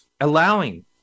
Allowing